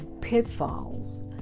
pitfalls